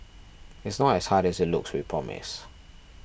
it's not as hard as it looks we promise